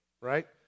right